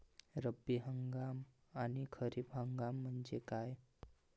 रब्बी हंगाम आणि खरीप हंगाम म्हणजे काय?